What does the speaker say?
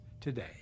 today